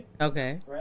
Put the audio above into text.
Okay